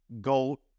GOAT